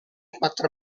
quattro